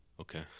Okay